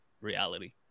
reality